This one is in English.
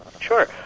Sure